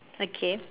okay